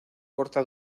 corta